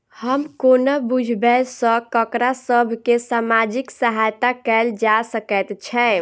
हम कोना बुझबै सँ ककरा सभ केँ सामाजिक सहायता कैल जा सकैत छै?